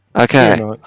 Okay